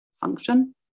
function